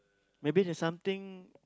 maybe there's something